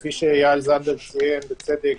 כפי שאיל זנדברג ציין בצדק,